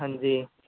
ਹਾਂਜੀ